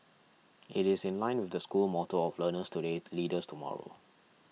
it is in line with the school motto of learners today leaders tomorrow